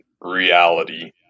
reality